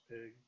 Pig